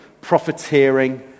profiteering